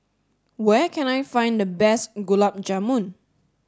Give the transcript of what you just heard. where can I find the best Gulab Jamun